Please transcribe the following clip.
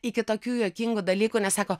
iki tokių juokingų dalykų nes sako